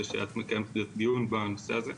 ושאת מקיימת דיון בנושא הזה.